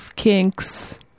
Kinks